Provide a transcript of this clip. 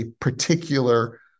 particular